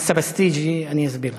(אומר בערבית: רק תבואי עכשיו.) אני אסביר לך.